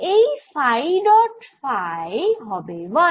এই phi dot phi হবে 1